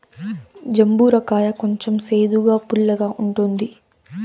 జంబూర కాయ కొంచెం సేదుగా, పుల్లగా ఉంటుంది